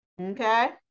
Okay